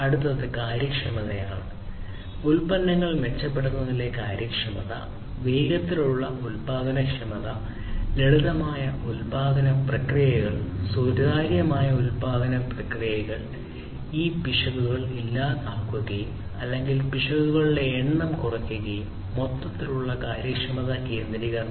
അടുത്തത് കാര്യക്ഷമതയാണ് ഉൽപ്പന്നങ്ങൾ മെച്ചപ്പെടുത്തുന്നതിലെ കാര്യക്ഷമത വേഗത്തിലുള്ള ഉൽപാദനക്ഷമത ലളിതമായ ഉൽപാദന പ്രക്രിയകൾ സുതാര്യമായ ഉൽപാദന പ്രക്രിയകൾ ഇത് പിശകുകൾ ഇല്ലാതാക്കും അല്ലെങ്കിൽ പിശകുകളുടെ എണ്ണം കുറയ്ക്കും മൊത്തത്തിലുള്ള കാര്യക്ഷമത കേന്ദ്രീകരണം